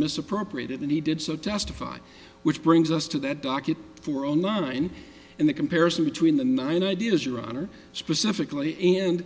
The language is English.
misappropriated and he did so testify which brings us to that docket for online and the comparison between the nine ideas your honor specifically and